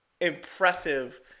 impressive